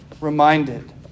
reminded